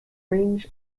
range